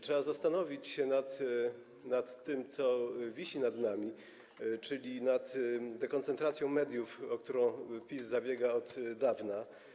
Trzeba zastanowić się nad tym, co wisi nad nami, czyli nad dekoncentracją mediów, o którą PiS zabiega od dawna.